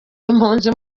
impunzi